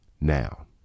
now